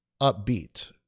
upbeat